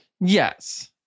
Yes